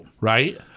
Right